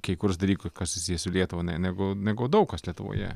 kai kuriuos dalykus kas susiję su lietuva ne negu negu daug kas lietuvoje